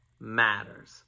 matters